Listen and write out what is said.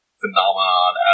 phenomenon